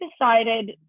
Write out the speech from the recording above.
decided